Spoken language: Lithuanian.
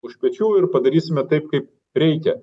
už pečių ir padarysime taip kaip reikia